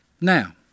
Now